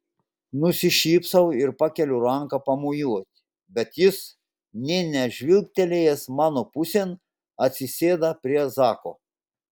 nusišypsau ir pakeliu ranką pamojuoti bet jis nė nežvilgtelėjęs mano pusėn atsisėda prie zako